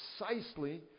precisely